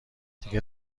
دیگه